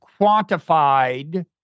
quantified